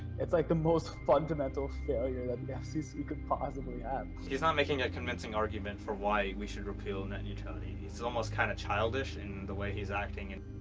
it's like the most fundamental failure that the yeah fcc could possibly have. he's not making a convincing argument for why we should repeal net neutrality. it's it's almost kind of childish in the way he's acting. and